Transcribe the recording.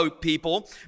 people